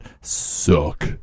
Suck